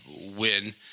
win